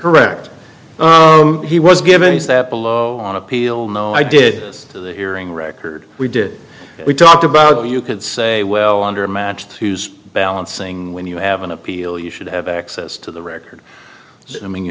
correct he was given is that on appeal no i did the hearing record we did we talked about you could say well under matched who's balancing when you have an appeal you should have access to the record i mean you